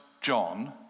John